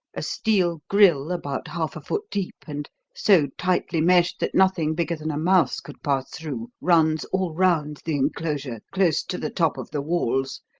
a steel grille about half a foot deep, and so tightly meshed that nothing bigger than a mouse could pass through, runs all round the enclosure close to the top of the walls,